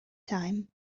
time